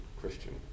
Christian